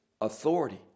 authority